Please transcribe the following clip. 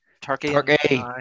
Turkey